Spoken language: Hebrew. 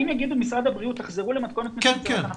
אם משרד הבריאות יאמר לחזור למתכונת מצומצמת,